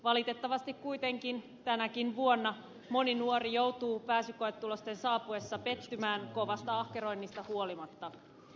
valitettavasti kuitenkin tänäkin vuona moni nuori joutuu pääsykoetulosten saapuessa pettymään kovasta ahkeroinnista huolimatta